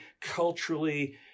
culturally